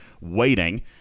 waiting